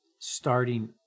starting